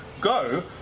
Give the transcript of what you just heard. Go